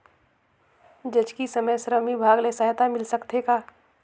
जचकी समय श्रम विभाग ले सहायता मिल सकथे का?